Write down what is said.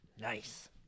nice